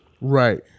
Right